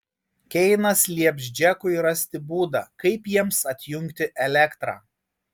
keinas lieps džekui rasti būdą kaip jiems atjungti elektrą